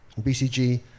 BCG